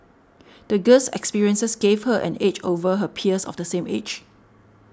the girl's experiences gave her an edge over her peers of the same age